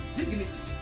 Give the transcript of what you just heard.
dignity